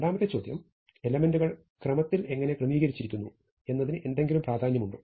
രണ്ടാമത്തെ ചോദ്യം എലെമെന്റുകൾ ക്രമത്തിൽ എങ്ങനെ ക്രമീകരിച്ചിരിക്കുന്നു എന്നതിന് എന്തെങ്കിലും പ്രാധാന്യമുണ്ടോ